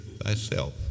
thyself